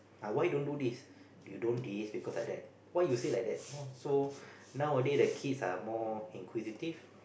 why don't do this you don't this because like that why you say like that so nowadays the kids are more inquisitive